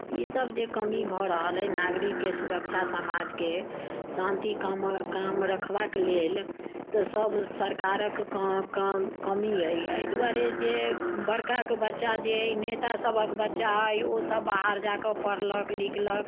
ई सब जे कमी भऽ रहल अछि नागरिकके सुरक्षा समाजके शान्ति काम काम रखबाके लेल तऽ सब सरकारक कम कम कमी अछि एहि दुआरे जे बड़काके बच्चा जे अछि नेता सभक बच्चा अछि ओसब बाहर जाकर पढ़लक लिखलक